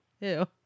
Ew